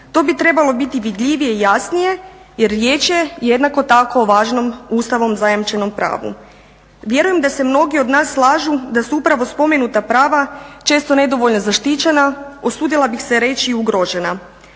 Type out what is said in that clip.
To bi trebalo biti vidljivije i jasnije, jer riječ je jednako tako o važnom Ustavom zajamčenom pravu. Vjerujem da se mnogi od nas slažu da su upravo spomenuta prava često nedovoljno zaštićena. Usudila bih se reći i ugrožena,